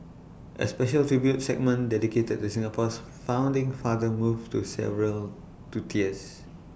A special tribute segment dedicated to Singapore's founding father moved to several to tears